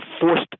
forced